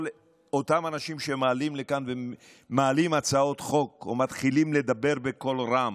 כל אותם אנשים שמעלים הצעות חוק או מתחילים לדבר בקול רם